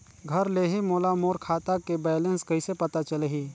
घर ले ही मोला मोर खाता के बैलेंस कइसे पता चलही?